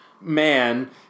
man